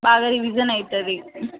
బాగా రివిజన్ అవుతుంది